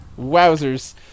Wowzers